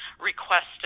requested